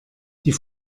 die